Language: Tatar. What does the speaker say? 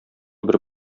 бер